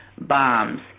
bombs